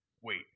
wait